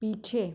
पीछे